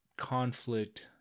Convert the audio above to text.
Conflict